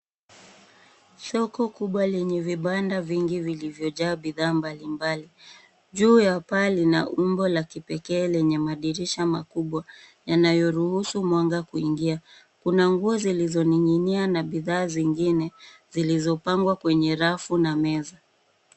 Soko kubwa lenye vibanda vingi vilivyojaa bidhaa mbalimbali. Juu ya paa lina umbo la kipekee lenye madirisha makubwa yanayoruhusu mwanga kuingia. Kuna nguo zilizoning'inia na bidhaa zingine, zilizopangwa kwenye rafu na meza.